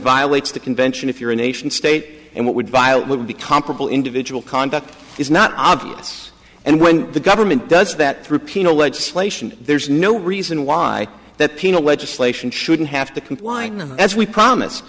violates the convention if you're a nation state and what would violate would be comparable individual conduct is not obvious and when the government does that through penal legislation there's no reason why that penal legislation shouldn't have to comply as we promised